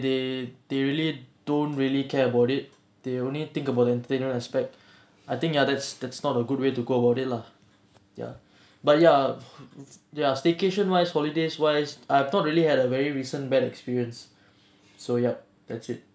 they they really don't really care about it they only think about interior aspect I think ya that's that's not a good way to go about it lah ya but ya ya staycation wise holidays wise I've not really had a very recent bad experience so yup that's it